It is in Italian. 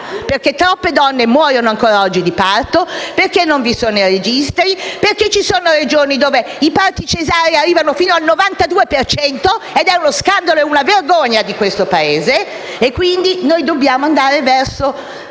Troppe donne, infatti, muoiono ancora oggi di parto, perché non vi sono i registri; perché ci sono Regioni dove i parti cesarei arrivano fino al 92 per cento, ed è uno scandalo e una vergogna di questo Paese! Quindi, noi dobbiamo andare verso